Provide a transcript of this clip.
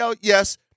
Yes